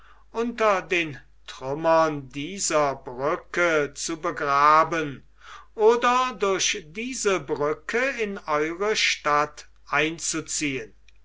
unter den trümmern dieser brücke zu begraben oder durch diese brücke in eure stadt einzuziehen